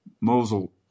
Mosul